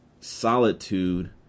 solitude